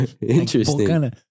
Interesting